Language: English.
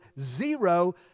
zero